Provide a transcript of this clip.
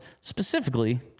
specifically